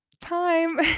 time